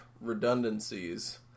redundancies